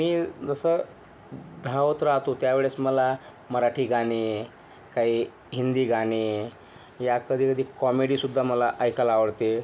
मी जसं धावत राहातो त्या वेळेस मला मराठी गाणे काही हिंदी गाणे या कधी कधी कॉमेडीसुद्धा मला ऐकायला आवडते